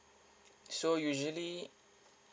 so usually